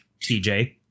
TJ